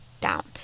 down